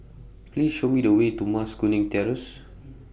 Please Show Me The Way to Mas Kuning Terrace